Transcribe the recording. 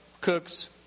cooks